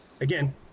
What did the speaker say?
again